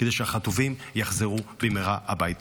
שהחטופים יחזרו במהרה הביתה.